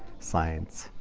science,